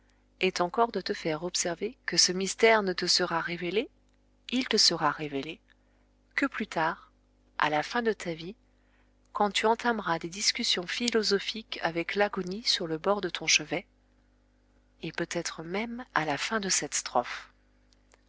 est encore de te faire observer que ce mystère ne te sera révélé il te sera révélé que plus tard à la fin de ta vie quand tu entameras des discussions philosophiques avec l'agonie sur le bord de ton chevet et peut-être même à la fin de cette strophe